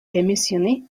démissionner